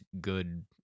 good